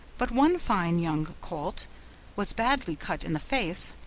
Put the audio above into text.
but one fine young colt was badly cut in the face,